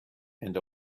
and